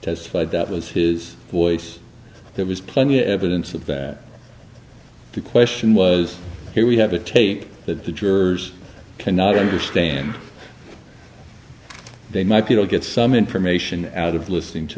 testified that was his voice there was plenty of evidence of that the question was here we have a tape that the jurors cannot understand they might be to get some information out of listening to